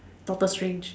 doctor strange